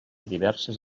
diverses